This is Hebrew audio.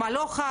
מה לא חל,